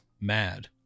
MAD